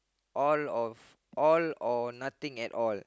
all of all or nothing at all